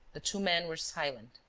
the two men were silent.